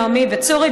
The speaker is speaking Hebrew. נעמי וצורי.